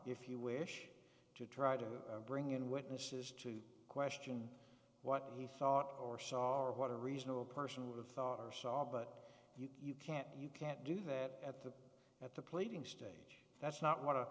if you wish to try to bring in witnesses to question what he thought or saw or what a reasonable person would have thought or saw but you can't you can't do that at the at the plating stage that's not what a